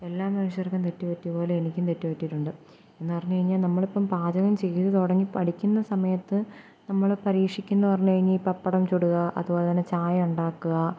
എല്ലാ മനുഷ്യർക്കും തെറ്റു പറ്റിയ പോലെ എനിക്കും തെറ്റുപറ്റിയിട്ടുണ്ട് എന്നു പറഞ്ഞു കഴിഞ്ഞാൽ നമ്മളിപ്പം പാചകം ചെയ്തു തുടങ്ങി പഠിക്കുന്ന സമയത്ത് നമ്മൾ പരീക്ഷിക്കുന്ന പറഞ്ഞു കഴിഞ്ഞാൽ പപ്പടം ചുടുക അതുപോലെതന്നെ ചായ ഉണ്ടാക്കുക